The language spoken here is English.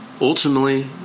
Ultimately